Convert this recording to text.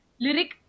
lyric